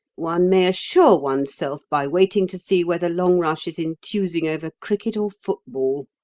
one may assure oneself by waiting to see whether longrush is enthusing over cricket or football.